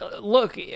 look